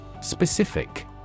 specific